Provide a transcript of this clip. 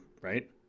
right